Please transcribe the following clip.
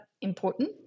important